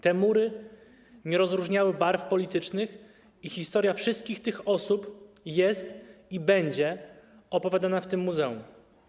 Te mury nie rozróżniały barw politycznych i historia wszystkich tych osób jest i będzie opowiadana w tym muzeum.